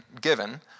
given